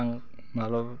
आं माब्लाबाबो